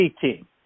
team